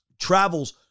travels